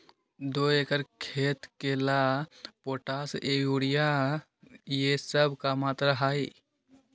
दो एकर खेत के ला पोटाश, यूरिया ये सब का मात्रा होई?